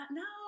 no